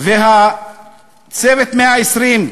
"צוות 120 הימים"